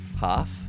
Half